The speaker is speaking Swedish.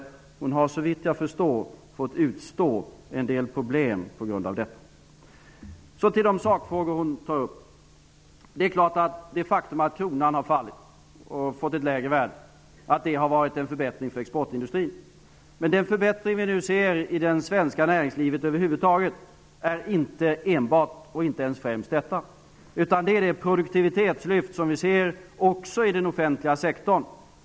Hon har såvitt jag förstår fått utstå en del problem på grund av detta. Jag skall nu gå över till de sakfrågor som hon tar upp. Det är klart att det faktum att kronan har fallit och fått ett lägre värde har inneburit en förbättring för exportindustrin. Den förbättring som vi nu ser i det svenska näringslivet beror dock inte enbart och inte ens främst på detta. Den beror på det produktivitetslyft som vi ser också i den offentliga sektorn.